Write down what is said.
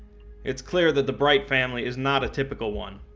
it's clear that the bright family is not a typical one,